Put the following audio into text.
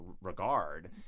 regard